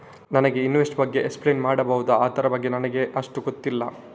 ನನಗೆ ಇನ್ವೆಸ್ಟ್ಮೆಂಟ್ ಬಗ್ಗೆ ಎಕ್ಸ್ಪ್ಲೈನ್ ಮಾಡಬಹುದು, ಅದರ ಬಗ್ಗೆ ನನಗೆ ಅಷ್ಟು ಗೊತ್ತಿಲ್ಲ?